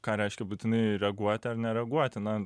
ką reiškia būtinai reaguoti ar nereaguoti na